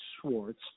Schwartz